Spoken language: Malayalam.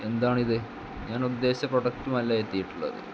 എന്താണിത് ഞാൻ ഉദ്ദേശിച്ച പ്രോഡക്റ്റുമല്ല എത്തിയിട്ടുള്ളത്